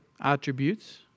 attributes